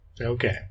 Okay